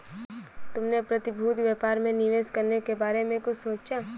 तुमने प्रतिभूति व्यापार में निवेश करने के बारे में कुछ सोचा?